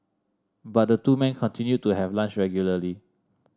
but the two men continued to have lunch regularly